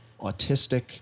autistic